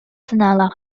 санаалаах